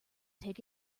take